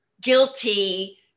guilty